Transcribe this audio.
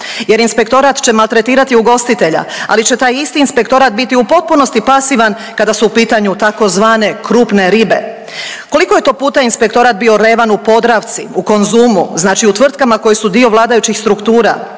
jer Inspektorat će maltretirati ugostitelja, ali će taj isti Inspektorat biti u potpunosti pasivan kada su u pitanju tzv. krupne ribe. Koliko je to puta Inspektorat bio revan u Podravci, u Konzumu, znači u tvrtkama koje su dio vladajućih struktura?